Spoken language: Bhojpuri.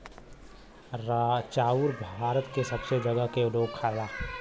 चाउर भारत के सबै जगह क लोग खाला